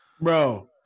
Bro